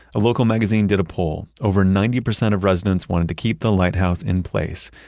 a local magazine did a poll. over ninety percent of residents wanted to keep the lighthouse in place.